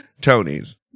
Tony's